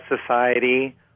society